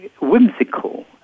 whimsical